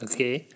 Okay